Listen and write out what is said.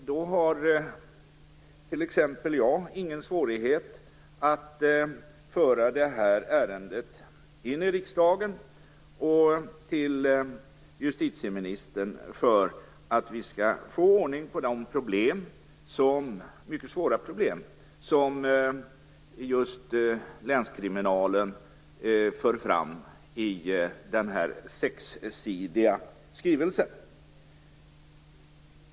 Då har jag t.ex. ingen svårighet att föra det här ärendet in i riksdagen och till justitieministern, för att vi skall få ordning på de mycket svåra problem som just länskriminalen för fram i den sexsidiga skrivelsen.